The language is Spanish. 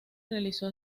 realizó